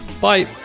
Bye